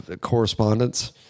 correspondence